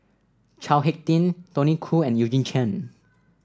Chao HicK Tin Tony Khoo and Eugene Chen